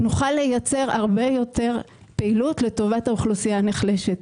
נוכל לייצר הרבה יותר פעילות לטובת האוכלוסייה הנחלשת.